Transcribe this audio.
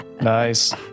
Nice